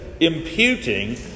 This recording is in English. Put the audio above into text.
imputing